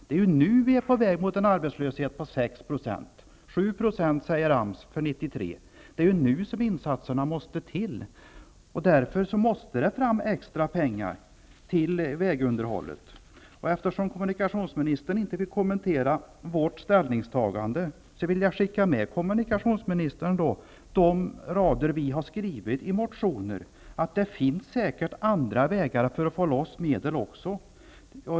Det är nu som arbetslösheten är på väg upp mot 6 %. AMS säger 7 % för 1993. Därför måste det fram extra pengar till vägunderhållet. Eftersom kommunikationsministern inte vill kommentera Socialdemokraternas ställningstagande, vill jag skicka med kommunikationsministern de rader vi har skrivit i motioner. Det finns säkert andra sätt att få loss medel.